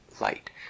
light